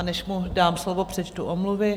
Než mu dám slovo, přečtu omluvy.